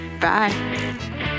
Bye